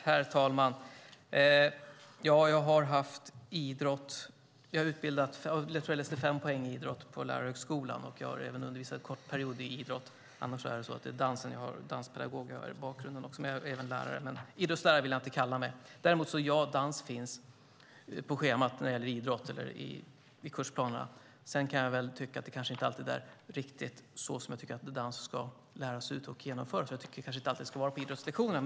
Herr talman! Jag tror att jag läste fem poäng idrott på Lärarhögskolan, och jag har även undervisat en kort period i idrott. Annars är min bakgrund danspedagog och lärare. Idrottslärare vill jag inte kalla mig. Ja, dans finns på schemat när det gäller idrott i kursplanerna. Jag tycker dock kanske inte alltid att det är riktigt så dans ska läras ut och genomföras. Jag tycker dans är så mycket mer än vad det är på idrottslektionerna.